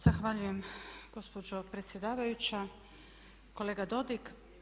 Zahvaljujem gospođo predsjedavajuća, kolega Dodig.